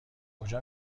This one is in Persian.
کجا